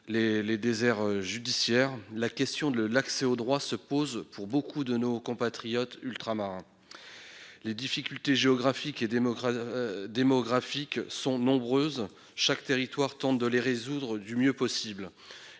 des déserts judiciaires, la question de l'accès au droit se pose pour beaucoup de nos compatriotes ultramarins. Les difficultés géographiques et démographiques sont nombreuses. Chaque territoire tente de les résoudre le mieux possible.